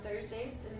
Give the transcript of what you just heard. Thursdays